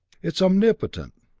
it is omnipotent